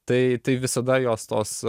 tai tai visada jos tos